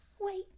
Wait